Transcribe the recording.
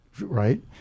right